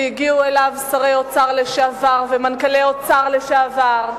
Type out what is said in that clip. והגיעו אליו שרי אוצר לשעבר ומנכ"לי אוצר לשעבר,